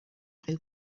than